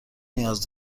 نیاز